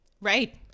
Right